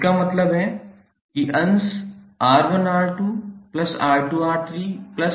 इसका मतलब है कि अंश 𝑅1𝑅2𝑅2𝑅3𝑅1𝑅3 होगा